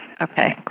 Okay